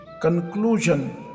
conclusion